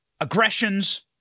aggressions